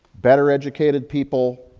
better educated people,